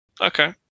Okay